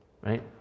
right